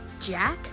Jack